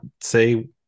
say